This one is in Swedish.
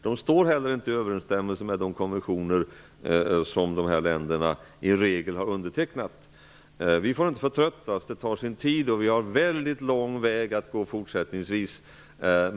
De står inte heller i överensstämmelse med de konventioner som dessa länder i regel har undertecknat. Vi får inte förtröttas. Det tar sin tid, och vi har en väldigt lång väg att gå fortsättningsvis.